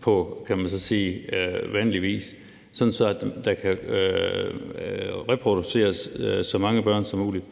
på vanlig vis, kan man sige, sådan at der kan reproduceres så mange børn som muligt.